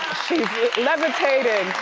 levitating.